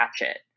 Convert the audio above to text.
ratchet